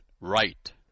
right